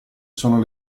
sono